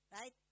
right